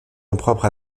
impropre